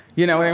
you know, i